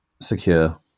secure